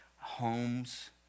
homes